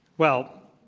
well,